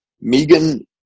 Megan